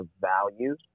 value